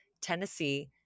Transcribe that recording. Tennessee